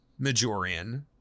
Majorian